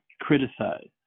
criticize